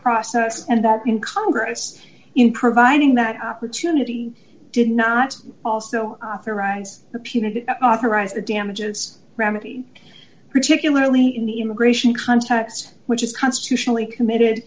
process and that in congress in providing that opportunity did not also arise the punitive authorize the damages remedy particularly in the immigration context which is constitutionally committed